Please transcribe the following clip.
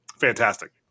Fantastic